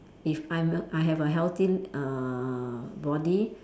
if I'm I have a healthy uh body